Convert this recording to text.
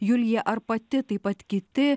julija ar pati taip pat kiti